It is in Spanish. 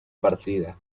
partida